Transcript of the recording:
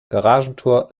garagentor